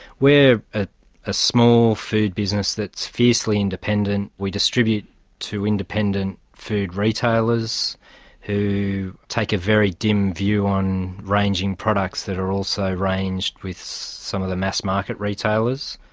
we're ah a small food business that's fiercely independent. we distribute to independent food retailers who take a very dim view on ranging products that are also ranged with some of the mass market retailers.